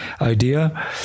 idea